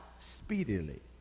Speedily